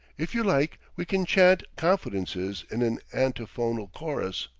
if you like, we can chant confidences in an antiphonal chorus.